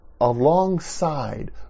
alongside